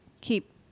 keep